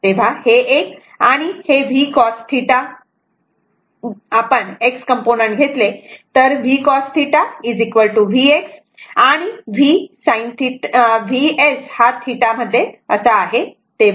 तेव्हा हे एक आणि हे v cos θ जर हे v cos θ आपण x कंपोनेंट घेतले तर v cos θ v xआणि Vs हा θ मध्ये असा आहे